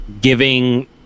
giving